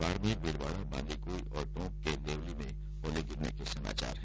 बाड़मेर भीलवाड़ा बांदीकुई और टोंक के देवली में ओले गिरने के समाचार है